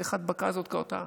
איך ההדבקה הזאת קרתה?